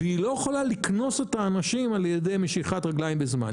והיא לא יכולה לקנוס את האנשים על ידי משיכת רגליים וזמן.